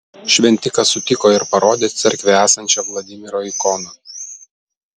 šventikas sutiko ir parodė cerkvėje esančią vladimiro ikoną